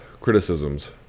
criticisms